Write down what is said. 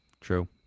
True